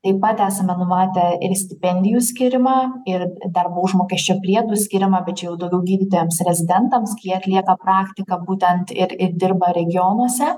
taip pat esame numatę ir stipendijų skyrimą ir darbo užmokesčio priedų skyrimą bet čia jau daugiau gydytojams rezidentams kai jie atlieka praktiką būtent ir ir dirba regionuose